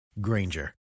Granger